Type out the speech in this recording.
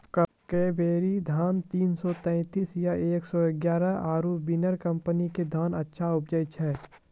कावेरी धान तीन सौ तेंतीस या एक सौ एगारह आरु बिनर कम्पनी के धान अच्छा उपजै छै?